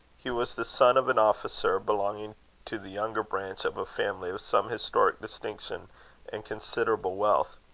he was the son of an officer, belonging to the younger branch of a family of some historic distinction and considerable wealth.